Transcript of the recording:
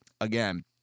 again